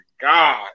god